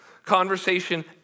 conversation